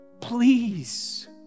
please